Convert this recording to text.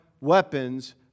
weapons